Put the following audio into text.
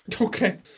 Okay